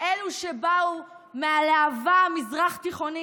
אלה שבאו מהלהבה המזרח תיכונית,